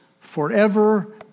forever